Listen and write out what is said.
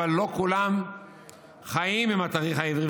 לא כולם חיים עם התאריך העברי,